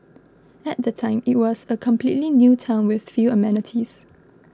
at the time it was a completely new town with few amenities